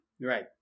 Right